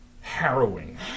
harrowing